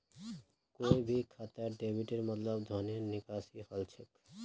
कोई भी खातात डेबिटेर मतलब धनेर निकासी हल छेक